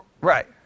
Right